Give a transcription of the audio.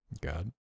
God